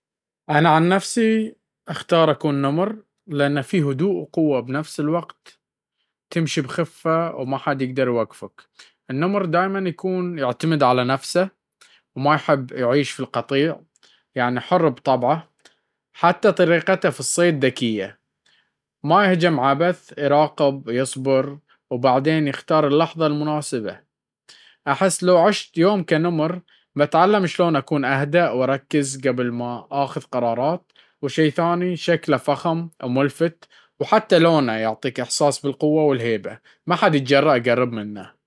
أنا عن نفسي أختار أكون نمر، لأنه فيه هدوء وقوة بنفس الوقت، تمشي بخفة وماحد يقدر يوقفك. النمر دايم يعتمد على نفسه، وما يحب يعيش في قطيع، يعني حر بطبعه. حتى طريقته في الصيد ذكية، ما يهجم عبث، يراقب، يصبر، وبعدين يختار اللحظة المناسبة. أحس لو عشت يوم كنمر، بتعلم شلون أكون أهدأ وأركز قبل ما آخذ قرارات. وشي ثاني، شكله فخم وملفت، وحتى لونه يعطيك إحساس بالقوة والهيبة، ما أحد يتجرأ يقرب منه.